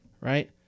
right